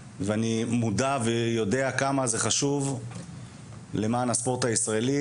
ומודע ויודע עד כמה זה חשוב למען הספורט הישראלי